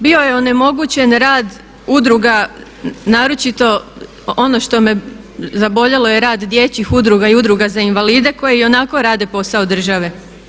Bio je onemogućen rad udruga, naročito ono što me zaboljelo je rad dječjih udruga i udruga za invalide koji i onako rade posao države.